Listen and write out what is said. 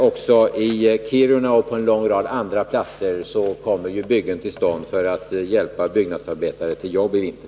Också i Kiruna och på en lång rad andra platser kommer byggen till stånd för att vi skall kunna hjälpa byggnadsarbetare till jobb i vinter.